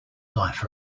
life